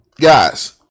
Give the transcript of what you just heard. guys